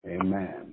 Amen